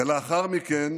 ולאחר מכן